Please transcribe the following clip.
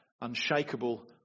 unshakable